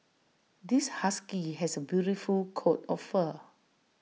this husky has A beautiful coat of fur